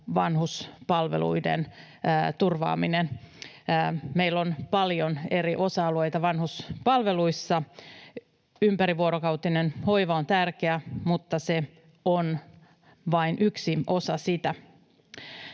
vanhuspalveluiden turvaaminen. Meillä on paljon eri osa-alueita vanhuspalveluissa. Ympärivuorokautinen hoiva on tärkeä, mutta se on vain yksi osa sitä.